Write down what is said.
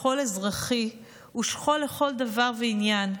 שכול אזרחי הוא שכול לכל דבר ועניין,